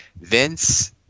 Vince